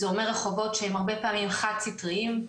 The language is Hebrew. זה אומר רחובות שהרבה פעמים הם חד סטריים.